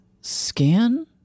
scan